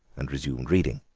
and resumed reading.